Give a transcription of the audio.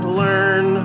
learn